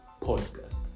podcast